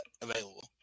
available